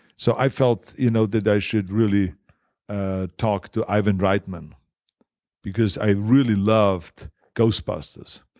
so i felt you know that i should really ah talk to ivan reitman because i really loved ghostbusters.